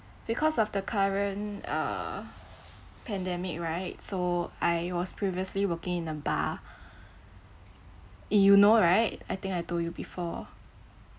because of the current uh pandemic right so I was previously working in a bar you know right I think I told you before